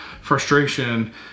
frustration